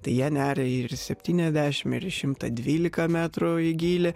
tai jie neria ir septyniasdešimt ir šimtas dvylika metrų į gylį